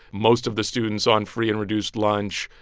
most of the students on free and reduced lunch,